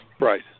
Right